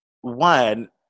one